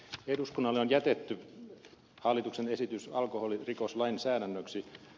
eduskunnalle on jätetty hallituksen esitys alkoholirikoslainsäädännöksi